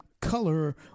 color